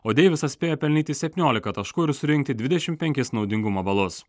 o deivisas spėjo pelnyti septyniolika taškų ir surinkti dvidešimt penkis naudingumo balus